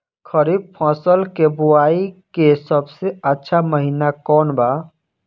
खरीफ फसल के बोआई के सबसे अच्छा महिना कौन बा?